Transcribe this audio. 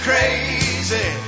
Crazy